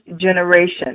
generation